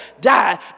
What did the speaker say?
died